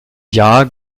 jahr